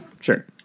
sure